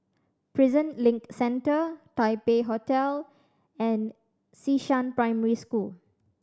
Prison Link Centre Taipei Hotel and Xishan Primary School